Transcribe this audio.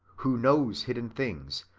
who knows hidden things,